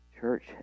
Church